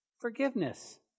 forgiveness